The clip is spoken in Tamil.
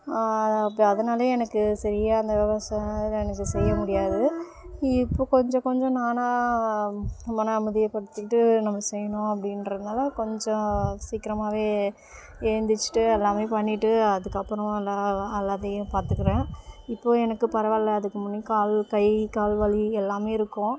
அப்போ அதனாலேயே எனக்கு சரியாக அந்த யோகாசனம் எனக்கு செய்ய முடியாது இப்போ கொஞ்சம் கொஞ்சம் நானாக மன அமைதிய படுத்திக்கிட்டு நம்ம செய்யணும் அப்படின்றதுனால கொஞ்சம் சீக்கிரமாகவே எந்திரிச்சிட்டு எல்லாமே பண்ணிவிட்டு அதுக்கப்புறமா எல்லா எல்லாத்தையும் பார்த்துக்கறேன் இப்போது எனக்கு பரவாயில்ல அதுக்கு முன்னாடி கால் கை கால் வலி எல்லாமே இருக்கும்